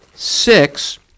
Six